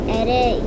edit